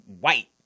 white